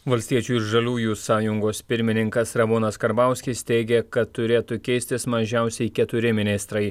valstiečių ir žaliųjų sąjungos pirmininkas ramūnas karbauskis teigė kad turėtų keistis mažiausiai keturi ministrai